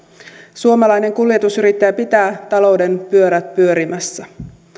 suomalainen kuljetusyrittäjä pitää talouden pyörät pyörimässä